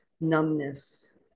numbness